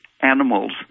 animals